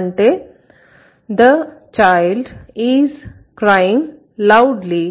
అంటే the child is crying loudly